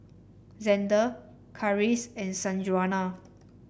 Xander Karis and Sanjuana